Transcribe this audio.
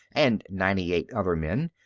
and ninety-eight other men,